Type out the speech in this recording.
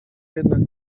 jednak